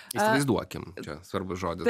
įsivaizduokim čia svarbus žodis